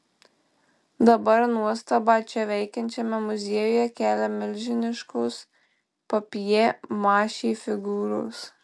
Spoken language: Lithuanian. dabar nuostabą čia veikiančiame muziejuje kelia milžiniškos papjė mašė figūros